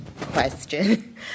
question